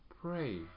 Pray